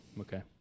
okay